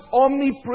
omnipresent